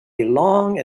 long